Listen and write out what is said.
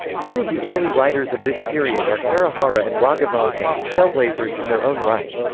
two of the early writers of this period are harihara and raghavanka, trailblazers in their own right.